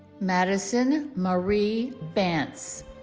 madison marie bantz